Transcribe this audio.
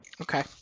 Okay